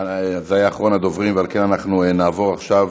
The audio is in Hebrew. זה היה אחרון הדוברים, ועל כן נעבור עכשיו